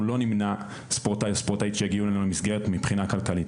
אנחנו לא נמנע ספורטאי או ספורטאי שיגיעו אלינו למסגרת מבחינה כלכלית.